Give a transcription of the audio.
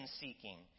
seeking